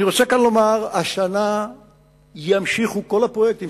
אני רוצה לומר כאן שהשנה יימשכו כל הפרויקטים